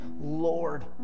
Lord